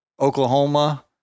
Oklahoma